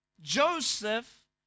joseph